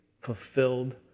fulfilled